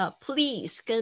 please